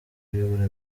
kuyobora